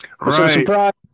Right